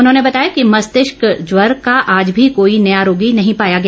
उन्होंने बताया कि मस्तिष्क ज्वर का आज भी कोई नया रोगी नहीं पाया गया